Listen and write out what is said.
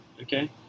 okay